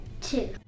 Two